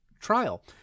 trial